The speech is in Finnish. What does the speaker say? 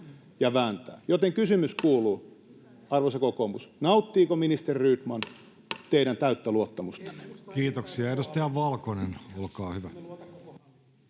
arvoisa kokoomus: nauttiiko ministeri Rydman teidän täyttä luottamustanne? Kiitoksia. — Edustaja Valkonen, olkaa hyvä.